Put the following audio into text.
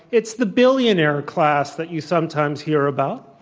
it's the billionaire class that you sometimes hear about.